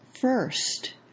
first